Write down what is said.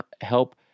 help